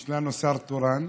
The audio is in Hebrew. יש לנו שר תורן,